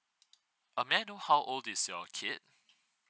uh may I know how old is your kid